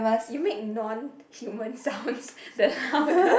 you make non human sounds the sound the